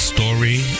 Story